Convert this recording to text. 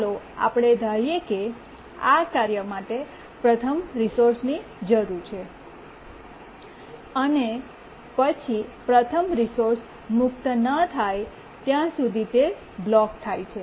ચાલો આપણે ધારીએ કે આ કાર્ય માટે પ્રથમ રિસોર્સની જરૂર છે અને પછી પ્રથમ રિસોર્સ મુક્ત ન થાય ત્યાં સુધી તે બ્લોક થાય છે